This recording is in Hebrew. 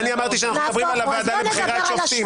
אני אמרתי שאנחנו מדברים על הוועדה לבחירת שופטים.